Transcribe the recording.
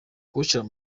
kuwushyira